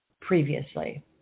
previously